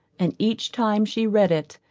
and each time she read it,